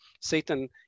Satan